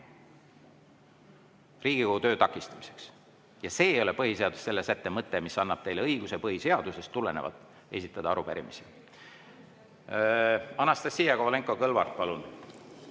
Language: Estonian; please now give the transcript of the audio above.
Riigikogu töö takistamiseks. Ja see ei ole põhiseaduse selle sätte mõte, mis annab teile õiguse põhiseadusest tulenevalt esitada arupärimisi. Anastassia Kovalenko-Kõlvart, palun!